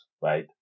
right